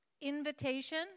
invitation